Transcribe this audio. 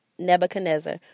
Nebuchadnezzar